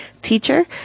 teacher